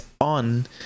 on